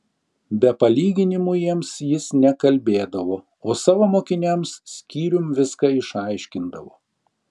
be palyginimų jiems jis nekalbėdavo o savo mokiniams skyrium viską išaiškindavo